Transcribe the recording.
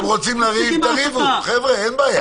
אתם רוצים לריב, תריבו, אין בעיה.